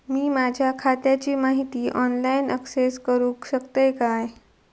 मी माझ्या खात्याची माहिती ऑनलाईन अक्सेस करूक शकतय काय?